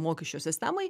mokesčio sistemai